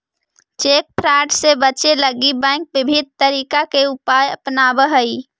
cheque fraud से बचे लगी बैंक विविध तरीका के उपाय अपनावऽ हइ